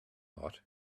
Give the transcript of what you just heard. lot